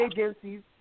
agencies